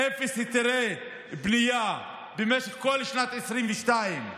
אפס היתרי בנייה במשך כל שנת 2022,